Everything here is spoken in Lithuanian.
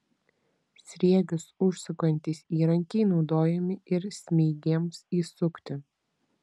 sriegius užsukantys įrankiai naudojami ir smeigėms įsukti